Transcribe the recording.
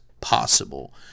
possible